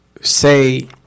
say